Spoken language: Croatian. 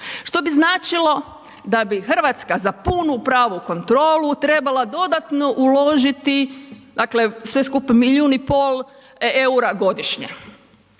Što bi značilo da bi Hrvatska za punu pravu kontrolu trebala dodatno uložiti dakle sve skupa milijun i pol eura godišnje